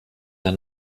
der